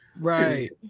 right